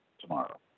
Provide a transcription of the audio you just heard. tomorrow